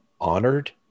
honored